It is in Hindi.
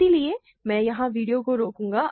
इसलिए मैं यहां वीडियो को रोकूंगा